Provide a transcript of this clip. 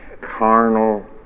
Carnal